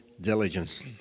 diligence